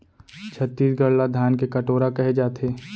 छत्तीसगढ़ ल धान के कटोरा कहे जाथे